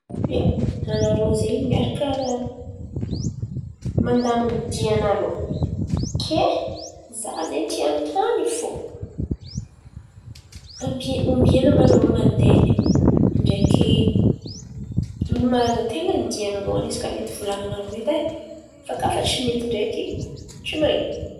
Ia, anarô zen̈y miaraka mandamin̈y diha narô, kay za zen̈y tia an̈otany fo àby. Ombian̈a mba anarô manday, ndreky ino mba ny ten̈a iha narô an̈y? Izy koa mety volan̈iny narô edy fa kà tsy mety ndreky tsy man̈ino?